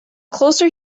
closer